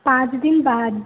पाँच दिन बाद